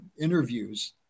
interviews